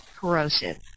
corrosive